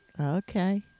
Okay